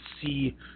see